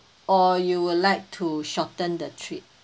or you would like to shorten the trip